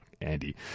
Andy